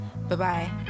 Bye-bye